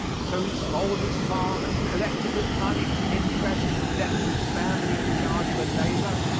so he sold his farm, collected his money at interest, left his family in charge of a neighbor,